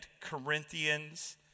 Corinthians